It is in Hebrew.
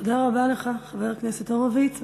תודה רבה לך, חבר הכנסת הורוביץ.